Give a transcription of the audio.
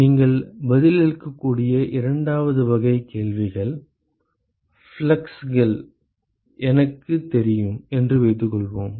நீங்கள் பதிலளிக்கக்கூடிய இரண்டாவது வகை கேள்விகள் ஃப்ளக்ஸ்கள் எனக்குத் தெரியும் என்று வைத்துக்கொள்வோம்